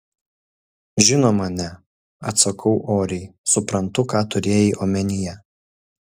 žinoma ne atsakau oriai suprantu ką turėjai omenyje